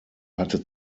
hatte